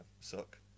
suck